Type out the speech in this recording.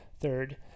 Third